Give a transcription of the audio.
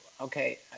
Okay